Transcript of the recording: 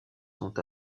sont